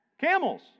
camels